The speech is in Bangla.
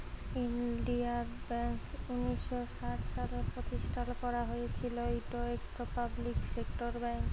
ইলডিয়াল ব্যাংক উনিশ শ সাত সালে পরতিষ্ঠাল ক্যারা হঁইয়েছিল, ইট ইকট পাবলিক সেক্টর ব্যাংক